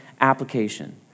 application